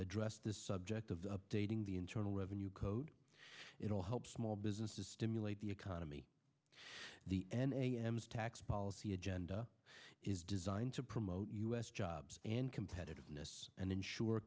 addressed the subject of updating the internal revenue code it will help small businesses stimulate the economy the tax policy agenda is designed to promote u s jobs and competitiveness and ensure